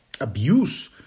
abuse